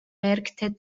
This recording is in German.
märkte